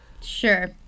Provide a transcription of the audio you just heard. Sure